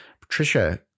Patricia